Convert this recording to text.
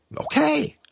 Okay